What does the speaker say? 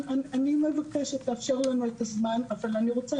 אבל חשוב רגע להבין שהמכרז שפורסם,